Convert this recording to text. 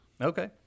Okay